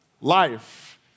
life